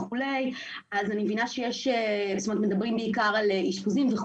אני מבינה שמדברים בעיקר על אשפוזים,